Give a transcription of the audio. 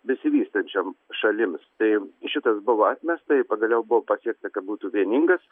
besivystančiom šalims tai šitas buvo atmesta ir pagaliau buvo pasiekta kad būtų vieningas